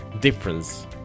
difference